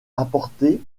apportées